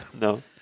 No